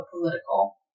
political